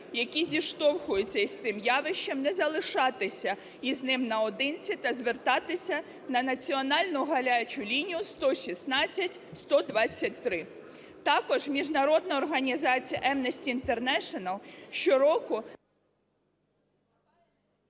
які зіштовхуються із цим явищем, не залишатися із ним наодинці та звертатися на національну гарячу лінію 116123. Також міжнародна організація Amnesty International щороку…